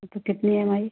तो फिर कितनी इ एम आई